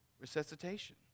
resuscitation